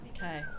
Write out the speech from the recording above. Okay